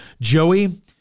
Joey